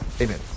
amen